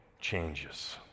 changes